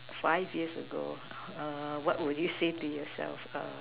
five years ago err what would you say to yourself uh